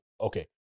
okay